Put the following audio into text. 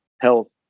health